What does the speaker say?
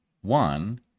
One